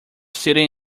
sitting